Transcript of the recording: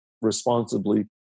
responsibly